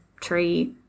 tree